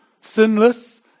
sinless